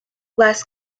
less